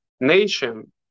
nation